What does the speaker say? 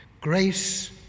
grace